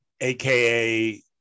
AKA